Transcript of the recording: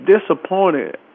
disappointed